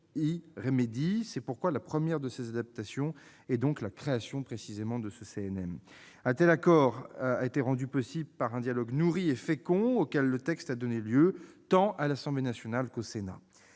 C'est pourquoi la première de ces adaptations est la création du CNM. Un tel accord a été rendu possible par le dialogue nourri et fécond auquel le texte a donné lieu, tant à l'Assemblée nationale qu'au Sénat.